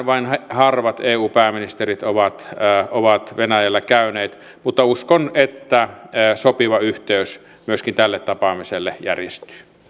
vain harvat eu pääministerit ovat venäjällä käyneet mutta uskon että sopiva yhteys myöskin tälle tapaamiselle järjestyy